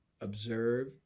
observe